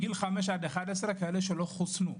כאלה שלא חוסנו.